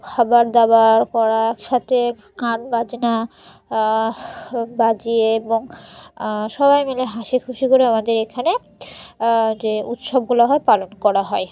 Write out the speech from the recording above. খাবার দাবার করা একসাথে গান বাজনা বাজিয়ে এবং সবাই মিলে হাসি খুশি করে আমাদের এখানে যে উৎসবগুলো হয় পালন করা হয়